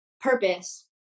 purpose